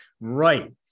right